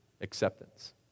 acceptance